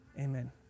Amen